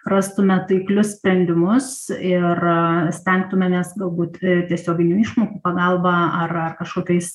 rastume taiklius sprendimus ir stengtumėmės galbūt tiesioginių išmokų pagalba ar ar kažkokiais